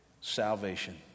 salvation